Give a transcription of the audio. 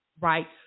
Right